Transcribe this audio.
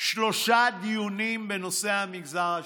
שלושה דיונים בנושא המגזר השלישי,